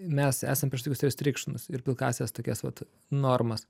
mes esam prieš tokius restrikšinus ir pilkąsias tokias vat normas